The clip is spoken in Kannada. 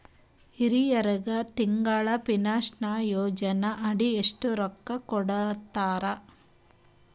ಹಿರಿಯರಗ ತಿಂಗಳ ಪೀನಷನಯೋಜನ ಅಡಿ ಎಷ್ಟ ರೊಕ್ಕ ಕೊಡತಾರ?